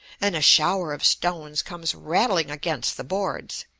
and a shower of stones comes rattling against the boards.